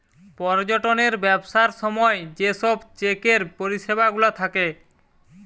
পর্যটনের ব্যবসার সময় যে সব চেকের পরিষেবা গুলা থাকে